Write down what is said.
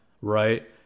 right